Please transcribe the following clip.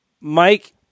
Mike